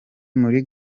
muri